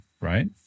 right